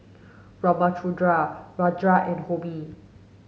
Ramchundra Rajan and Homi